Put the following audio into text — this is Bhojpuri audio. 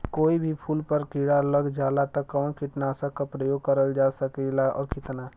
कोई भी फूल पर कीड़ा लग जाला त कवन कीटनाशक क प्रयोग करल जा सकेला और कितना?